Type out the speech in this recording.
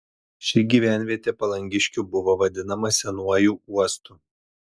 ši gyvenvietė palangiškių buvo vadinama senuoju uostu